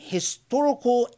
historical